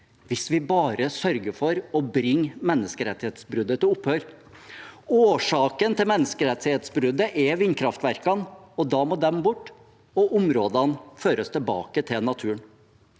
hvis vi bare sørger for å bringe menneskerettighetsbruddet til opphør. Årsaken til menneskerettighetsbruddet er vindkraftverkene. Da må de bort, og områdene må føres tilbake til naturen.